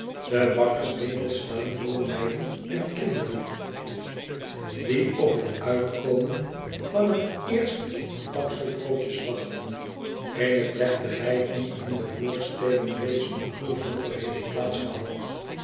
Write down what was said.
de bakkerswinkels staan vol meiden en kinderen die op het uitkomen van het eerste baksel broodjes wachten eene plechtigheid die in de voorsteden reeds een uur vroeger heeft